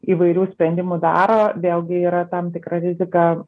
įvairių sprendimų daro vėlgi yra tam tikra rizika